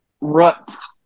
ruts